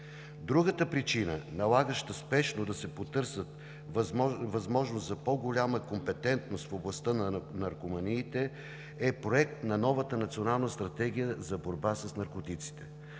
Другата причина, налагаща спешно да се потърсят възможности за по-голяма компетентност в областта на наркоманиите, е Проект на новата национална стратегия за борба с наркотиците.